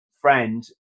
friend